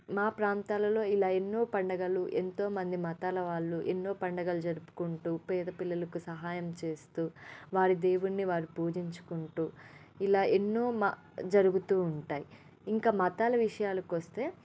మా ప్రాంతాలలో ఇలా ఎన్నో పండుగలు ఎంతోమంది మతాల వాళ్ళు ఎన్నో పండుగలు జరుపుకుంటూ పేద పిల్లలకు సహాయం చేస్తూ వారి దేవున్ని వారు పూజించుకుంటూ ఇలా ఎన్నో మా జరుగుతూ ఉంటాయి ఇంకా మతాల విషయాలకు వస్తే